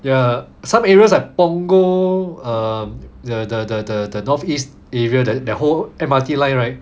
ya some areas at punggol err the the the the the northeast area that the whole M_R_T line right